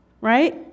right